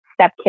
stepkids